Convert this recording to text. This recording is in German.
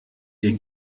ihr